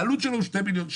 העלות שלה הוא 2 מיליון שקל,